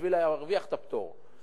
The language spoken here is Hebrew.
בשביל להרוויח את הפטור.